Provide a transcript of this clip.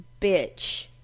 bitch